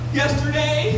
yesterday